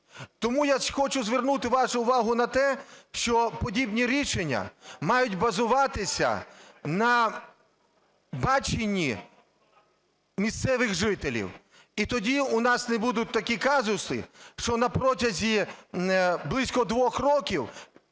Тому я хочу звернути вашу увагу на те, що подібні рішення мають базуватися на баченні місцевих жителів, і тоді у нас не буде таких казусів, що на протязі близько двох років